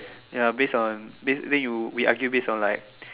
ya base on then you we argue base on like